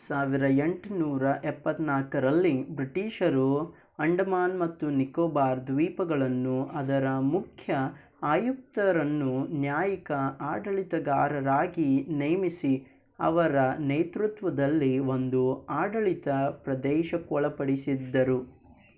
ಸಾವಿರ ಎಂಟು ನೂರ ಎಪ್ಪತ್ತ್ನಾಕರಲ್ಲಿ ಬ್ರಿಟೀಷರು ಅಂಡಮಾನ್ ಮತ್ತು ನಿಕೋಬಾರ್ ದ್ವೀಪಗಳನ್ನು ಅದರ ಮುಖ್ಯ ಆಯುಕ್ತರನ್ನು ನ್ಯಾಯಿಕ ಆಡಳಿತಗಾರರಾಗಿ ನೇಮಿಸಿ ಅವರ ನೇತೃತ್ವದಲ್ಲಿ ಒಂದು ಆಡಳಿತ ಪ್ರದೇಶಕ್ಕೆ ಒಳಪಡಿಸಿದ್ದರು